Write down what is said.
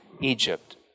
Egypt